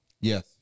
Yes